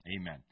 Amen